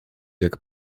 jak